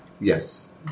Yes